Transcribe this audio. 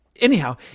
Anyhow